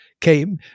came